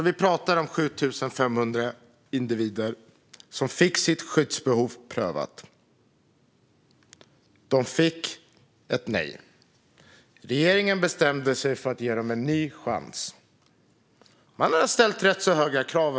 Vi pratar om 7 500 individer som fick sitt skyddsbehov prövat. De fick ett nej. Regeringen bestämde sig för att ge dem en ny chans. Man hade ändå ställt rätt höga krav.